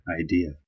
idea